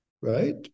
right